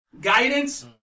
guidance